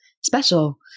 special